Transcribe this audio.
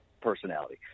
personality